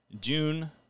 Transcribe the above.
June